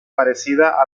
parecida